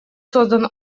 создан